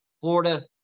Florida